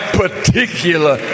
particular